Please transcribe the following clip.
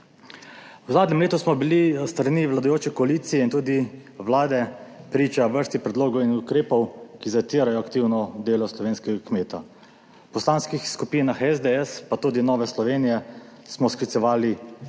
V zadnjem letu smo bili s strani vladajoče koalicije in tudi Vlade priča vrsti predlogov in ukrepov, ki zatirajo aktivno delo slovenskega kmeta. V Poslanskih skupinah SDS pa tudi Nove Slovenije smo sklicevali